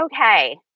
okay